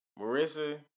Marissa